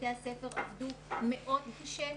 בתי הספר עבדו מאוד קשה.